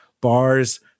bars